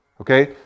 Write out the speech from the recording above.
Okay